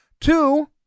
Two